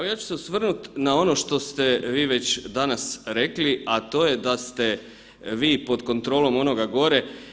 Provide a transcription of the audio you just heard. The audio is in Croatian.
Pa ja ću se osvrnut na ono što ste vi već danas rekli, a to je da ste vi pod kontrolom onoga gore.